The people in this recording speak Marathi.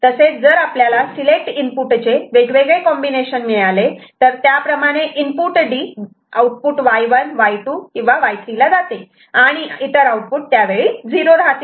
तसेच जर आपल्याला सिलेक्ट इनपुट चे वेगवेगळे कॉम्बिनेशन मिळाले तर त्याप्रमाणे इनपुट D वेगवेगळ्या आऊटपुट Y1 Y2 Y3 ला जाते आणि इतर आउटपुट 0 राहतील